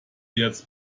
jetzt